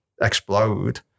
explode